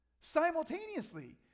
Simultaneously